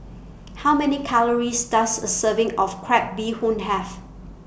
How Many Calories Does A Serving of Crab Bee Hoon Have